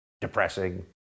depressing